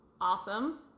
awesome